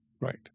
right